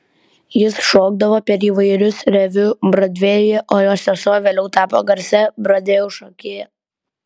jis šokdavo per įvairius reviu brodvėjuje o jo sesuo vėliau tapo garsia brodvėjaus šokėja